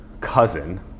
cousin